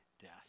death